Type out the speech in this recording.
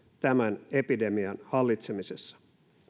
tämän epidemian hallitsemisessa